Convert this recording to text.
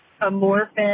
amorphous